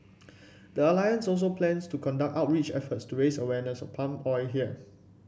the alliance also plans to conduct outreach efforts to raise awareness of palm oil here